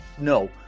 no